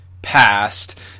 past